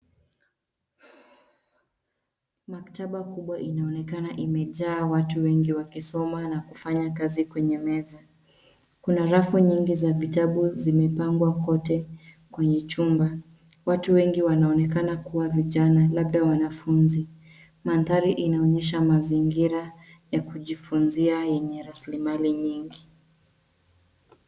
Maktaba kubwa inaonekana imejaa watu wengi wakisoma na kufanya kazi kwenye meza. Kuna rafu nyingi za vitabu zimepangwa kote kwenye chumba. Watu wengi wanaonekana kuwa vijana, labda wanafunzi. Mandhari inaonyesha mazingira ya kujifunzia yenye raslimali nyingi.